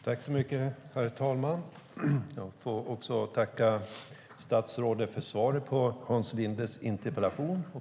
Herr talman! Jag får tacka statsrådet för svaret på Hans Lindes interpellation.